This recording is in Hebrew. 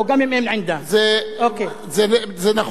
זה נכון, אם הממשלה לא